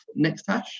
NextHash